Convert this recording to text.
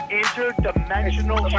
interdimensional